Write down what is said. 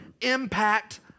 impact